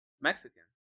Mexican